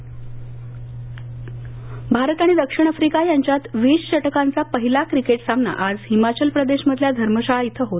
cricket Bharat आणि दक्षिण Africa यांच्यात वीस षटकांचा पहिला क्रिकेट सामना आज हिमाचल प्रदेश मधल्या धर्मशाळा इथं होत आहे